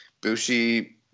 Bushi